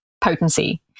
potency